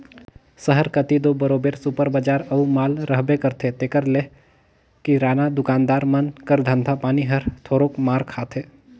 सहर कती दो बरोबेर सुपर बजार अउ माल रहबे करथे तेकर ले किराना दुकानदार मन कर धंधा पानी हर थोरोक मार खाथे